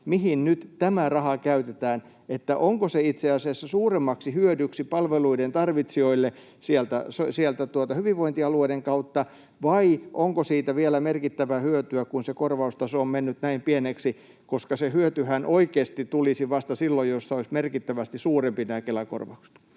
mihin nyt tämä raha käytetään: onko se itse asiassa suuremmaksi hyödyksi palveluiden tarvitsijoille hyvinvointialueiden kautta, vai onko siitä vielä merkittävää hyötyä, kun se korvaustaso on mennyt näin pieneksi? Se hyötyhän oikeasti tulisi vasta silloin, jos nämä Kela-korvaukset